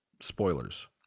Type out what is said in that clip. spoilers